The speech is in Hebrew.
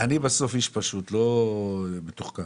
אני איש פשוט, לא מתוחכם.